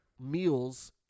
meals